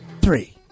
three